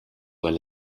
were